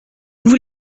vous